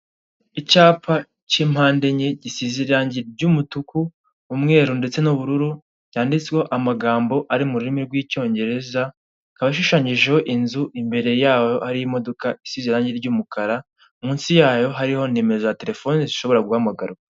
Icyapa cy'impande enye gisize irangi ry'umutuku umweru ndetse n'ubururu cyanditseho amagambo ari mu rurimi rw'icyongerezaba ashushanyijeho inzu imbere ya ari imodoka isize irange ry'umukara munsi yayo hariho nimero za terefone zishobora guhamagarwa.